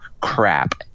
crap